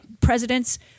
presidents—